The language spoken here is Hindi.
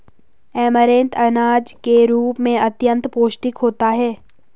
ऐमारैंथ अनाज के रूप में अत्यंत पौष्टिक होता है